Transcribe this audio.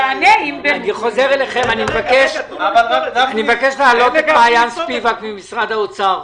אני מבקש להעלות את מעין ספיבק ממשרד האוצר.